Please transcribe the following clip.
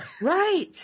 Right